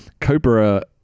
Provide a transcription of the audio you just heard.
Cobra